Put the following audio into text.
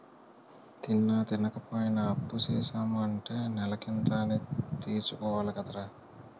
తిన్నా, తినపోయినా అప్పుసేసాము అంటే నెలకింత అనీ తీర్చుకోవాలి కదరా